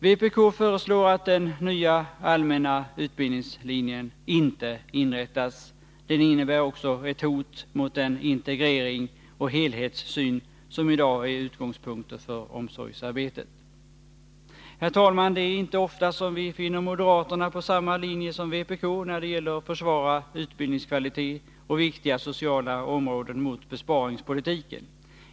Vpk förslår att den nya allmänna utbildningslinjen inte inrättas. Den innebär också ett hot mot den integrering och helhetssyn som i dag är utgångspunkter för omsorgsarbetet. Herr talman! Det är inte ofta som vi finner moderaterna på samma linje som vpk när det gäller att försvara utbildningskvalitet och viktiga sociala områden mot besparingspolitiken.